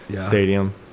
Stadium